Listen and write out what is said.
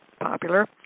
popular